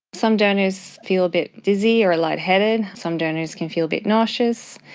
some donors feel a bit dizzy or lightheaded, some donors can feel a bit nauseous.